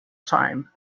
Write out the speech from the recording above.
time